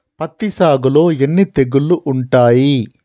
పత్తి సాగులో ఎన్ని తెగుళ్లు ఉంటాయి?